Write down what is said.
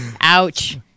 Ouch